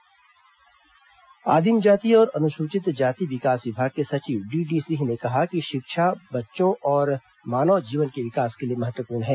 आदिम जाति आश्रम प्रशिक्षण आदिम जाति और अनुसूचित जाति विकास विभाग के सचिव डीडी सिंह ने कहा कि शिक्षा बच्चों और मानव जीवन के विकास के लिए महत्वपूर्ण है